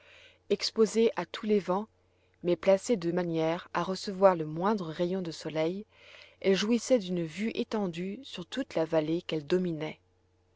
exposée à tous les vents mais placée de manière à recevoir le moindre rayon de soleil elle jouissait d'une vue étendue sur toute la vallée qu'elle dominait